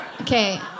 Okay